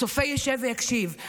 הצופה ישב ויקשיב.